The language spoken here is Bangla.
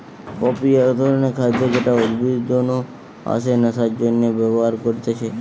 পপি এক ধরণের খাদ্য যেটা উদ্ভিদ নু আসে নেশার জন্যে ব্যবহার করতিছে